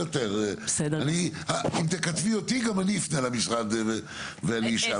אם תכתבי אותי, גם אני אפנה למשרד לתשובות.